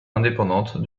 indépendante